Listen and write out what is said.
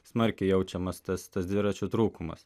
smarkiai jaučiamas tas tas dviračių trūkumas